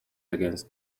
against